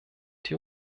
die